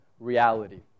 reality